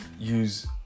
use